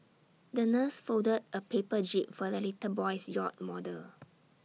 the nurse folded A paper jib for the little boy's yacht model